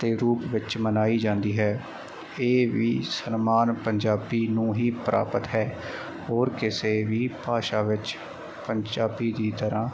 ਦੇ ਰੂਪ ਮਨਾਈ ਜਾਂਦੀ ਹੈ ਇਹ ਵੀ ਸਨਮਾਨ ਪੰਜਾਬੀ ਨੂੰ ਹੀ ਪ੍ਰਾਪਤ ਹੈ ਹੋਰ ਕਿਸੇ ਵੀ ਭਾਸ਼ਾ ਵਿੱਚ ਪੰਜਾਬੀ ਦੀ ਤਰ੍ਹਾਂ